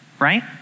right